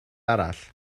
arall